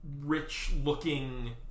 rich-looking